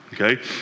okay